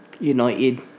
United